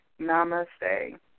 namaste